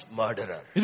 murderer